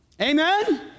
Amen